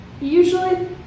Usually